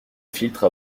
filtre